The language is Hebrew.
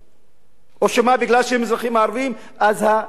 או שמא מפני שהם אזרחים ערבים הדין שונה,